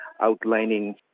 outlining